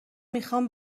میخام